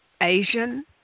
Asian